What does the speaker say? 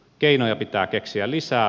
keinoja pitää keksiä lisää